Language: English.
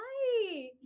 Hi